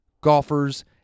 golfers